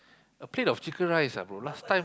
a plate of chicken rice ah bro last time